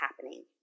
happening